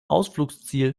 ausflugsziel